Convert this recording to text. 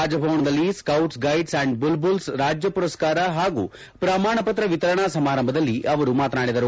ರಾಜಭವನದಲ್ಲಿ scouts guides and bulbuls ರಾಜ್ಯ ಪುರಸ್ಕಾರ ಹಾಗೂ ಪ್ರಮಾಣಪತ್ರ ವಿತರಣಾ ಸಮಾರಂಭದಲ್ಲಿ ಅವರು ಮಾತನಾಡಿದರು